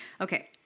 Okay